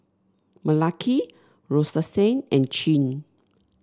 Malaki Roxanne and Chin